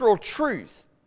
truth